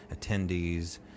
attendees